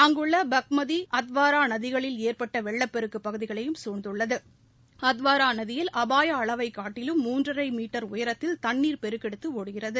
அங்குள்ள பங்மதி அத்வாரா நதிகளில் ஏற்பட்ட வெள்ளப்பெருக்கு பகுதிகளையும் சூழ்ந்துள்ளது அத்வாரா நதியில் அபாய அளவைக்காட்டிலும் மூன்றரை மீட்டர் உயரத்தில் தண்ணீர் பெருக்கெடுத்து ஒடுகிறது